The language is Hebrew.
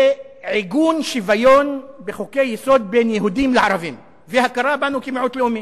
בעיגון שוויון בחוקי-יסוד בין יהודים לערבים והכרה בנו כמיעוט לאומי.